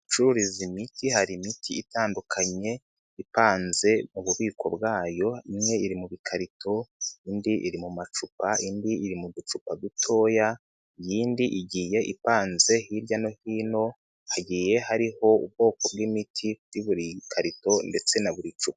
Mu icururiza imiti hari imiti itandukanye ipanze bubiko bwayo imwe iri muka ikarito, indi iri mu macupa, indi iri mu ducupa dutoya, iyindi igiye ipanze hirya no hino hagiye hariho ubwoko bw'imiti kuri buri karito ndetse na buri cupa.